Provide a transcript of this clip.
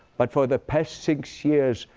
but for the past six years,